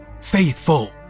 faithful